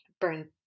burn